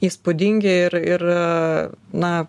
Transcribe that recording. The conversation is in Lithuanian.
įspūdingi ir ir na